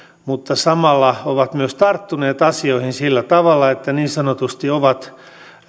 mutta samalla ovat myös tarttuneet asioihin sillä tavalla että niin sanotusti ovat